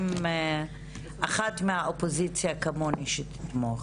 עם אחת מהאופוזיציה כמוני שתתמוך